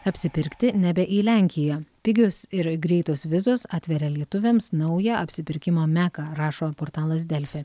apsipirkti nebe į lenkiją pigios ir greitos vizos atveria lietuviams naują apsipirkimo meką rašo portalas delfi